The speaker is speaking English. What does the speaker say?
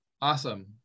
Awesome